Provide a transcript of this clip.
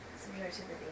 subjectivity